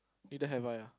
need to have wife ah